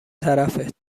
طرفت